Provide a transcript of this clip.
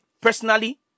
personally